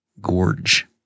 Gorge